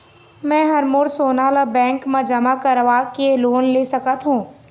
मैं हर मोर सोना ला बैंक म जमा करवाके लोन ले सकत हो?